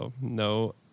no